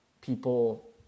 people